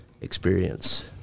experience